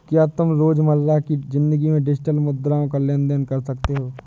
क्या तुम रोजमर्रा की जिंदगी में डिजिटल मुद्राओं का लेन देन कर सकते हो?